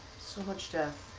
so much